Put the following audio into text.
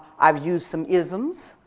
i've used some isms.